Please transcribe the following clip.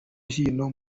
hino